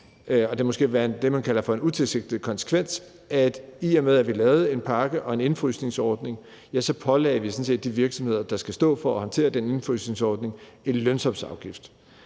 er måske det, man kalder for en utilsigtet konsekvens. I og med at vi lavede en pakke og en indefrysningsordning, pålagde vi sådan set de virksomheder, der skal stå for at håndtere den indefrysningsordning, en lønsumsafgift.